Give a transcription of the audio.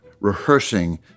rehearsing